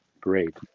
great